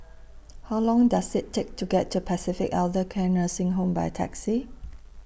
How Long Does IT Take to get to Pacific Elder Care Nursing Home By Taxi